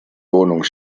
wohnung